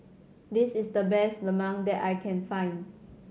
this is the best lemang that I can find